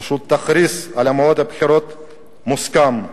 פשוט תכריז על מועד בחירות מוסכם.